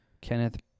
Kenneth